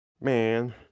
man